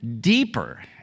deeper